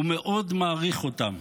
ומאוד מעריך אותם.